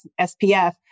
SPF